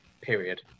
period